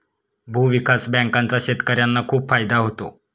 भूविकास बँकांचा शेतकर्यांना खूप फायदा होतो